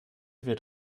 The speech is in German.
wird